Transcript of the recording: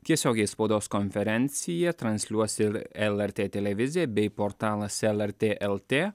tiesiogiai spaudos konferenciją transliuos ir lrt televizija bei portalas lrt lt